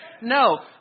no